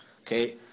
Okay